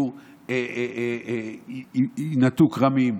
ויינטעו כרמים,